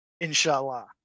Inshallah